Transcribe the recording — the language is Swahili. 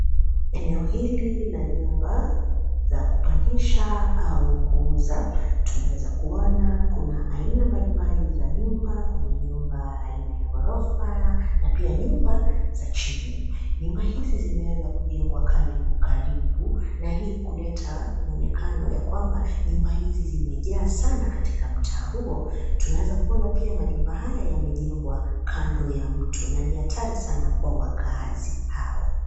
Eneo hili la nyumba za kupangisha au kuuza. Tunaweza kuona kuna aina mbalimbali za nyumb, kuna nyumba aina ya ghorofa na pia nyumba za chini. Nyumba hizi zimeweza kujengwa karibu karibu, na hii kuleta muonekano ya kwamba nyumba hizi zimejaa sana katika mtaa huo. Tunaweza kuona pia majumba haya yamejengwa kando ya mto na ni hatari sana kwa wakazi hao.